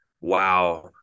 wow